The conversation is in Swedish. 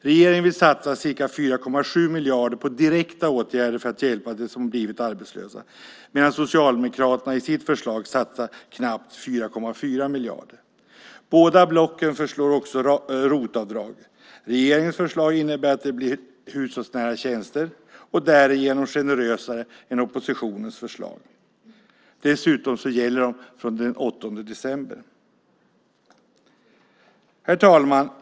Regeringen vill satsa ca 4,7 miljarder på direkta åtgärder för att hjälpa dem som blivit arbetslösa, medan Socialdemokraterna i sitt förslag satsar knappt 4,4 miljarder. Båda blocken föreslår ROT-avdrag. Regeringens förslag innebär att det blir hushållsnära tjänster och är därigenom generösare än oppositionens förslag. Dessutom gäller de från den 8 december. Herr talman!